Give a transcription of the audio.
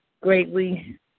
Greatly